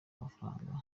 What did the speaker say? amafaranga